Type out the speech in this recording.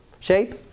shape